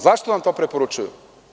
Zašto nam to preporučuju?